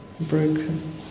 broken